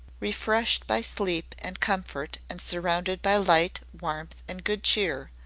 refreshed by sleep and comfort and surrounded by light, warmth, and good cheer,